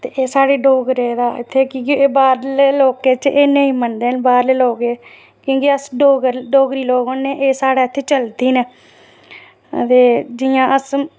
ते एह् साढ़े डोगरें दा कि इत्थै बाह्रलें लोकें च एह् नेईं मनदे हैन बाह्रले लोक की के अस डोगरी लोक होन्ने न ते एह् इत्थै साढ़े चलदे न ते जि'यां अस